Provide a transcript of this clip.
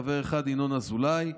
חבר אחד: ינון אזולאי,